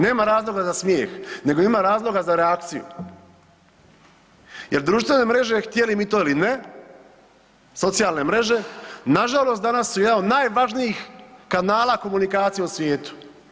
Nema razloga za smjeh, nego ima razloga za reakciju jer društvene mreže htjeli mi to ili ne, socijalne mreže nažalost danas su jedan od najvažnijih kanala komunikacije u svijetu.